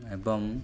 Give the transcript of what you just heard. ଏବଂ